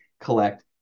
collect